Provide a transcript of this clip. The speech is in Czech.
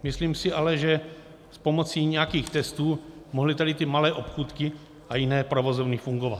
Myslím si ale, že s pomocí nějakých testů mohly tady ty malé obchůdky a jiné provozovny fungovat.